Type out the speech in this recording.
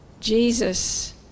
Jesus